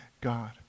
God